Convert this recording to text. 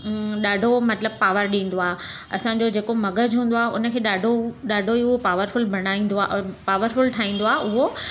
ॾाढो मतिलबु पावर ॾींदो आहे असांजो जेको मग़ज़ु हूंदो आहे उनखे ॾाढो ॾाढो ई उहो पावरफुल बणाईंदो आहे पावरफुल ठाहींदो आहे उहो